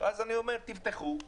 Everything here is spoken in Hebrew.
אז אני אומר: תפתחו לתחרות,